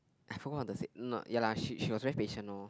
I forgot what does it n~ ya lah she she was very patient lor